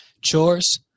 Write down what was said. chores